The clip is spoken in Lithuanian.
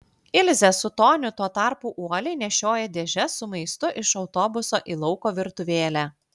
ilzė su toniu tuo tarpu uoliai nešiojo dėžes su maistu iš autobuso į lauko virtuvėlę